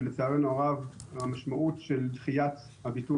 ולצערנו הרב המשמעות של דחיית הביטול